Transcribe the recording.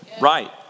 Right